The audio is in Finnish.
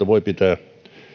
voi pitää